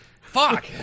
Fuck